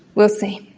we'll see.